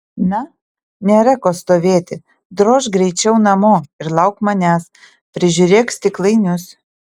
na nėra ko stovėti drožk greičiau namo ir lauk manęs prižiūrėk stiklainius